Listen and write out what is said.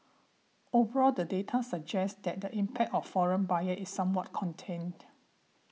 overall the data suggests that the impact of foreign buyer is somewhat contained